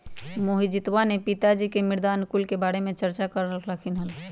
मोहजीतवा के पिताजी मृदा अनुकूलक के बारे में चर्चा कर रहल खिन हल